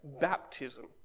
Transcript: baptism